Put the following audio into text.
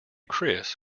chris